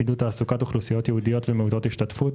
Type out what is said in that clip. עידוד תעסוקת אוכלוסיות ייעודיות ומעוטות השתתפות,